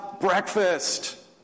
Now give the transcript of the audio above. breakfast